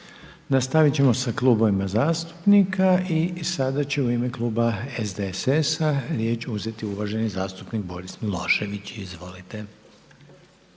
Nastavit ćemo sa klubovima zastupnika. I sada će u ime kluba SDSS-a riječ uzeti uvaženi zastupnik Boris Milošević. Izvolite.